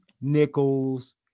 nickels